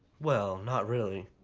well, not really,